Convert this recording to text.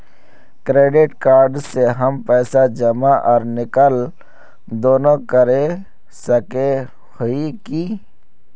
Credit card से हम पैसा जमा आर निकाल दोनों कर सके हिये की?